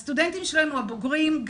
הסטודנטים הבוגרים שלנו,